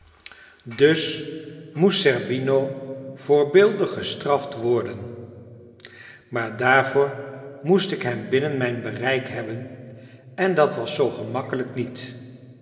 dus moest zerbino voorbeeldig gestraft worden maar daarvoor moest ik hem binnen mijn bereik hebben en dat was zoo gemakkelijk niet